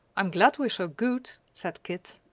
i'm glad we're so good, said kit.